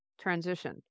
transition